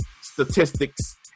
statistics